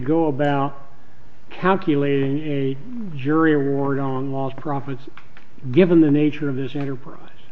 go about calculating a jury award on lost profits given the nature of this enterprise